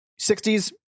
60s